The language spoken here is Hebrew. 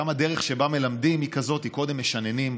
הדרך שבה מלמדים היא כזאת: קודם משננים,